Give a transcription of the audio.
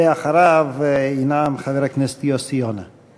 ואחריו ינאם חבר הכנסת יוסי יונה.